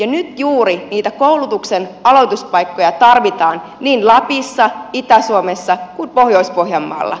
nyt juuri niitä koulutuksen aloituspaikkoja tarvitaan niin lapissa itä suomessa kuin pohjois pohjanmaalla